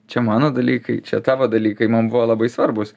čia mano dalykai čia tavo dalykai man buvo labai svarbūs